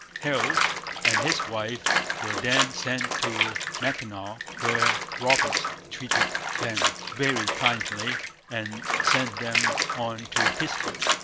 heald and his wife were then sent to mackinaw, where roberts treated them very kindly and sent them on to pittsburg.